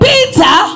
Peter